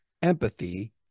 empathy